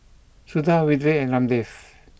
Suda Vedre and Ramdev